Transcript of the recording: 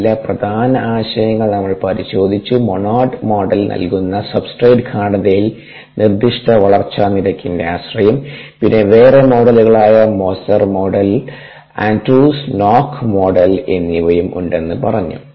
ചില പ്രധാന ആശയങ്ങൾ നമ്മൾ പരിശോധിച്ചു മോണോഡ് മോഡൽ നൽകുന്ന സബ്സ്ട്രേറ്റ് ഗാഢതയിൽ നിർദ്ദിഷ്ട വളർച്ചാ നിരക്കിന്റെ ആശ്രയം പിന്നെ വേറെ മോഡലുകളായ Moser model Andrews Noack model എന്നിവയും ഉണ്ടെന്ന് പറഞ്ഞു